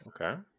okay